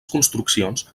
construccions